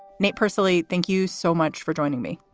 nate, personally, thank you so much for joining me.